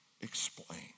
explain